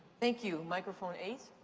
thank you, microphone eight.